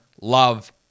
Love